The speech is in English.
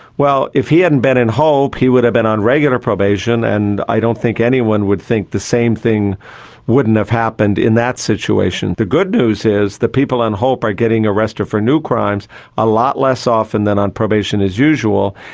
well, if he hadn't been in hope he would have been on regular probation and i don't think anyone would think the same thing wouldn't have happened in that situation. the good news is, the people on hope i getting arrested for new crimes a lot less often than on probation as usual,